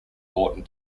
houghton